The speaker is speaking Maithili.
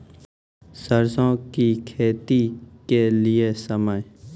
सरसों की खेती के लिए समय?